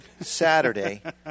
Saturday